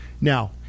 Now